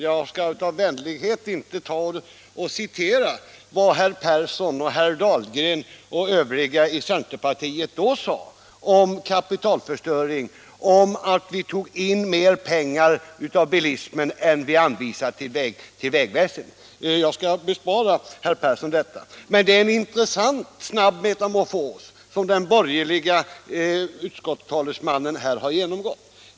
Jag skall av vänlighet inte citera vad herrar Persson och Dahlgren samt övriga i centerpartiet då sade om kapitalförstöring och om att vi tog in mer pengar av bilismen än vi anvisade till vägväsendet. Jag skall bespara herr Persson detta. Det är emellertid en snabb metamorfos som den borgerlige utskottstalesmannen här har genomgått.